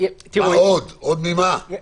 עוד ממה?